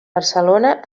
barcelona